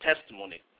testimony